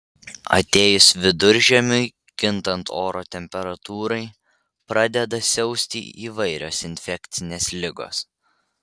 atėjus viduržiemiui kintant oro temperatūrai pradeda siausti įvairios infekcinės ligos